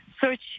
search